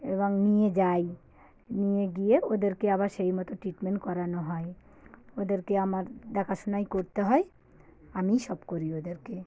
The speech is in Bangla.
এবং নিয়ে যাই নিয়ে গিয়ে ওদেরকে আবার সেই মতো ট্রিটমেন করানো হয় ওদেরকে আমার দেখাশোনাই করতে হয় আমিই সব করি ওদেরকে